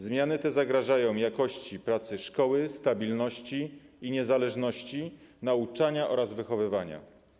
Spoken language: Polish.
Zmiany te zagrażają jakości pracy szkoły, stabilności i niezależności nauczania oraz wychowywania.